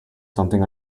something